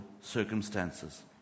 circumstances